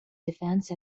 defense